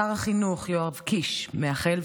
שר החינוך יואב קיש מאחל,